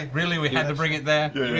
ah really? we had to bring it there?